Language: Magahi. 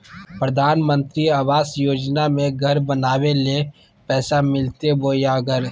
प्रधानमंत्री आवास योजना में घर बनावे ले पैसा मिलते बोया घर?